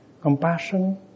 Compassion